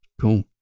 Cool